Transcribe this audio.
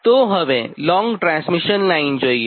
તો હવે long transmission line જોઇએ